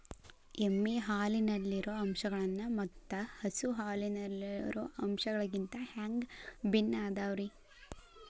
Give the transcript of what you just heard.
ಎಮ್ಮೆ ಹಾಲಿನಲ್ಲಿರೋ ಅಂಶಗಳು ಮತ್ತ ಹಸು ಹಾಲಿನಲ್ಲಿರೋ ಅಂಶಗಳಿಗಿಂತ ಹ್ಯಾಂಗ ಭಿನ್ನ ಅದಾವ್ರಿ?